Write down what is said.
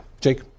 Jake